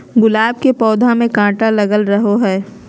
गुलाब के पौधा में काटा लगल रहो हय